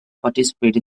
participate